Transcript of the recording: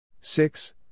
six